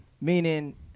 Meaning